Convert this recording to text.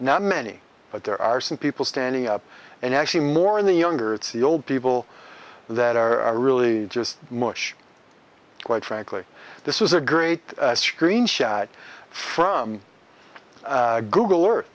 now many but there are some people standing up and actually more in the younger it's the old people that are really just much quite frankly this is a great screen shot from google